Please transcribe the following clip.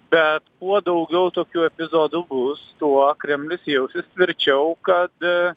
bet kuo daugiau tokių epizodų bus tuo kremlius jausis tvirčiau kad